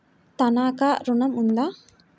తనఖా ఋణం ఉందా?